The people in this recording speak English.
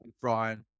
Brian